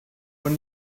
when